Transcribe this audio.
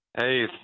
Hey